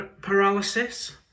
paralysis